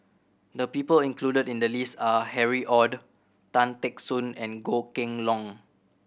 the people included in the list are Harry Ord Tan Teck Soon and Goh Kheng Long